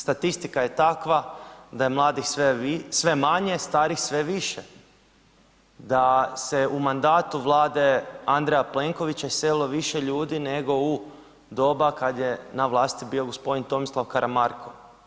Statistika je takva da je mladih sve manje, starih sve više, da se u mandatu Vlade Andreja Plenkovića iselilo više ljudi nego u doba kada je na vlasti bio gospodin Tomislav Karamarko.